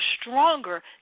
stronger